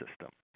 system